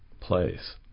place